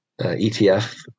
ETF